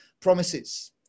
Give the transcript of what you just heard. promises